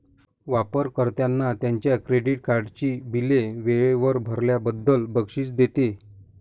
वापर कर्त्यांना त्यांच्या क्रेडिट कार्डची बिले वेळेवर भरल्याबद्दल बक्षीस देते